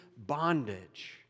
bondage